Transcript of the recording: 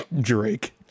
Drake